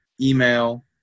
email